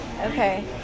Okay